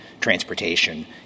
transportation